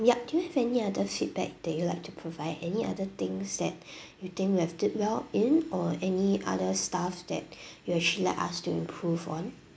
yup do you have any other feedback that you'd like to provide any other things that you think we have did well in or any other stuffs that you actually like us to improve on